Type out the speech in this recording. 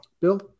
Bill